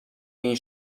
این